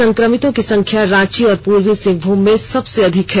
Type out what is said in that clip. संक्रमितों की संख्या रांची और पूर्वी सिंहभूम में सबसे अधिक है